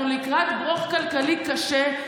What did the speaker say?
אנחנו לקראת ברוך כלכלי קשה.